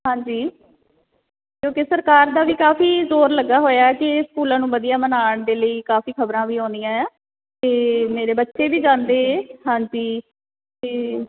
ਹਾਂਜੀ ਕਿਉਂਕਿ ਸਰਕਾਰ ਦਾ ਵੀ ਕਾਫੀ ਜ਼ੋਰ ਲੱਗਾ ਹੋਇਆ ਕਿ ਇਹ ਸਕੂਲਾਂ ਨੂੰ ਵਧੀਆ ਬਣਾਉਣ ਦੇ ਲਈ ਕਾਫੀ ਖਬਰਾਂ ਵੀ ਆਉਂਦੀਆਂ ਆ ਅਤੇ ਮੇਰੇ ਬੱਚੇ ਵੀ ਜਾਂਦੇ ਹਾਂਜੀ ਅਤੇ